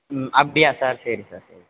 ம் அப்படியா சார் சரி சார் சரி